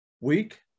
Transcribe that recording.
week